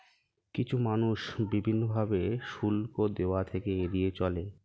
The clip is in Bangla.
কিছু মানুষ বিভিন্ন ভাবে শুল্ক দেওয়া থেকে এড়িয়ে চলে